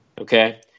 Okay